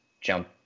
jump